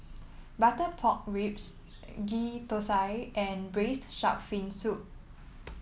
Butter Pork Ribs Ghee Thosai and Braised Shark Fin Soup